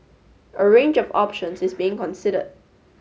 a range of options is being considered